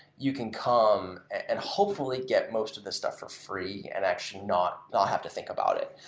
you can come and hopefully get most of this stuff for free and actually not not have to think about it.